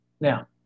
Now